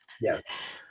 Yes